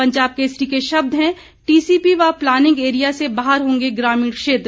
पंजाब केसरी के शब्द हैं टीसीपी व प्लानिंग एरिया से बाहर होंगे ग्रामीण क्षेत्र